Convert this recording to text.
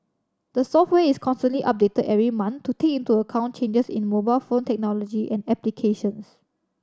the software is constantly updated every month to take into account changes in mobile phone technology and applications